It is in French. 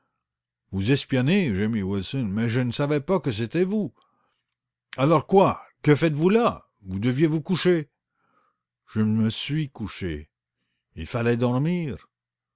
vous espionner gémit wilson mais je ne savais pas que c'était vous alors quoi que faites-vous là vous deviez vous coucher et dormir je me suis couché j'ai dormi